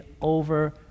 over